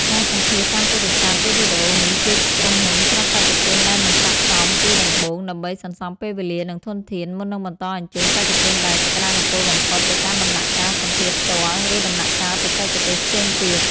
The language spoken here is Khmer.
ការសម្ភាសន៍តាមទូរស័ព្ទឬវីដេអូនេះ ជួយក្រុមហ៊ុនច្រោះបេក្ខជនដែលមិនស័ក្តិសមពីដំបូង ដើម្បីសន្សំពេលវេលា និងធនធាន មុននឹងបន្តអញ្ជើញបេក្ខជនដែលសក្តានុពលបំផុតទៅកាន់ដំណាក់កាលសម្ភាសន៍ផ្ទាល់ ឬដំណាក់កាលបច្ចេកទេសផ្សេងទៀត។